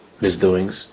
misdoings